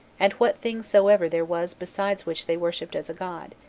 and what thing soever there was besides which they worshipped as a god.